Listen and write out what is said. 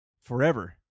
forever